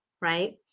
right